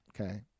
Okay